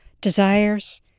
desires